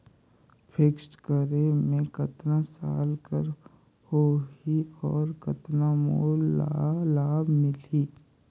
Fixed करे मे कतना साल कर हो ही और कतना मोला लाभ मिल ही?